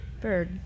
bird